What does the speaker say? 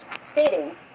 stating